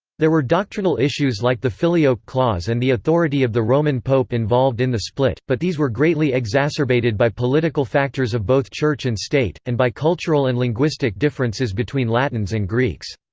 there were doctrinal issues like the filioque clause and the authority of the roman pope involved in the split, but these were greatly exacerbated by political factors of both church and state, and by cultural and linguistic differences between latins and greeks.